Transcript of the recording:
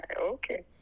okay